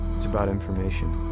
it's about information.